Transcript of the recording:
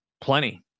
plenty